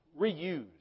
reuse